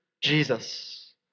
Jesus